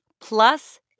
plus